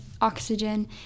oxygen